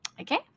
okay